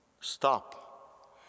stop